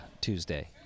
Tuesday